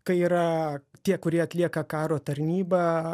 kai yra tie kurie atlieka karo tarnybą